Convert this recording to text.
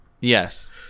Yes